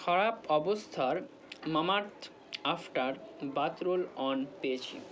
খারাপ অবস্থার Mamaearth after bath roll on পেয়েছি